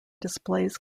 displays